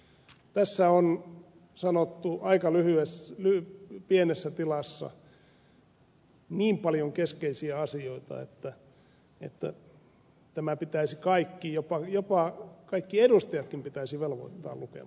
tässä on sanottu aika pienessä tilassa niin paljon keskeisiä asioita että kaikki pitäisi jopa kaikki edustajatkin pitäisi velvoittaa lukemaan tämä